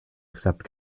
accept